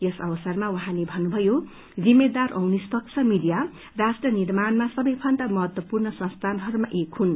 यस अवसरमा उहाँले भन्नुभयो जिम्मेदार औ निष्पक्ष मीडिया राष्ट्र निर्माणमा सबैभन्दा महत्वपूर्ण संस्थानहरूमा एक हुन्